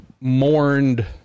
mourned